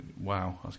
WoW